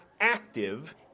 active